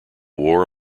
war